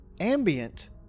ambient